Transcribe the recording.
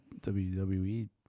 WWE